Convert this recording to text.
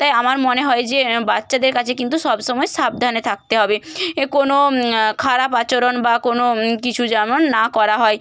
তাই আমার মনে হয় যে বাচ্চাদের কাছে কিন্তু সবসময় সাবধানে থাকতে হবে এ কোনো খারাপ আচরণ বা কোনো কিছু যেমন না করা হয়